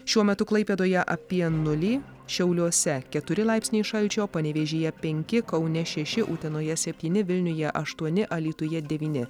šiuo metu klaipėdoje apie nulį šiauliuose keturi laipsniai šalčio panevėžyje penki kaune šeši utenoje septyni vilniuje aštuoni alytuje devyni